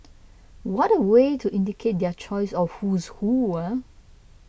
what a way to indicate their choice of who's who eh